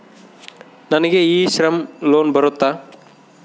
ನನಗೆ e Shram loan ಬರುತ್ತಾ?